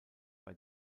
bei